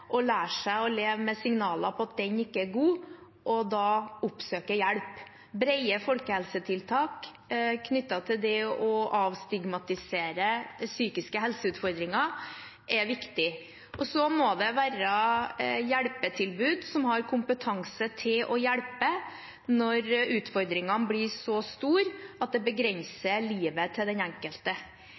og lære seg å leve med signaler om at den ikke er god, og da oppsøke hjelp. Brede folkehelsetiltak knyttet til å avstigmatisere psykiske helseutfordringer er viktig. Det må også være hjelpetilbud som har kompetanse til å hjelpe når utfordringene blir så store at de begrenser livet til den enkelte.